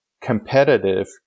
competitive